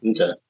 Okay